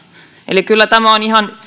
eli kyllä tämä on ihan